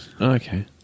Okay